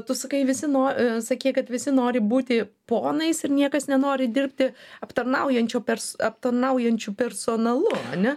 tu sakai visi no sakei kad visi nori būti ponais ir niekas nenori dirbti aptarnaujančiu perso aptarnaujančiu personalu ane